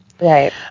Right